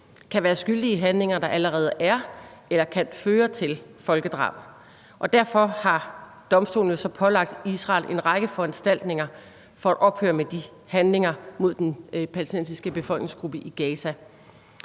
kan være skyldig i handlinger, der allerede er eller kan føre til folkedrab. Derfor har domstolen jo så pålagt Israel en række foranstaltninger for at ophøre med de handlinger mod den palæstinensiske befolkningsgruppe i Gaza.